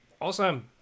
awesome